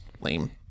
lame